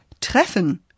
treffen